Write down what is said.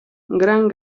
gran